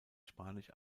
spanisch